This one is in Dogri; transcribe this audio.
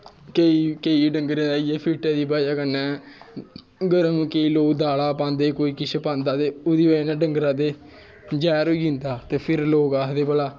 केईं डंगर इ'यै फीटै दी ब'जा कन्नै गर्म केईं लोक दाला पांदे कोई किश पांदा ते ओह्दी ब'जा कन्नै डंगरा दे जैह्र होई जंदा फिर लोक आखदे भला